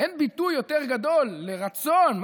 אין ביטוי יותר גדול לרצון,